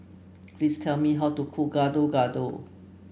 please tell me how to cook Gado Gado